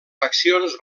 faccions